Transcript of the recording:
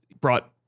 brought